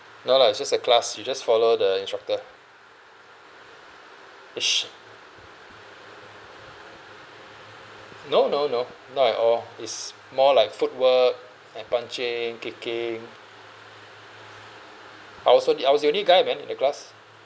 no lah is just a class you just follow the instructor ish no no no not at all is more like footwork and punching kicking I also the I was the only guy man in the class